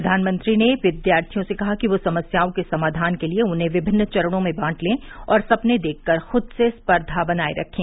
प्रधानमंत्री ने विद्यार्थियों से कहा कि वे समस्याओं के समाधान के लिए उन्हें विभिन्न चरणों में बांट लें और सपने देखकर खुद से स्पर्घा बनाए रखें